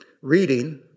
Reading